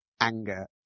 anger